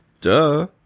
duh